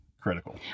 critical